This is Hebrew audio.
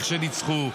איך שניצחו,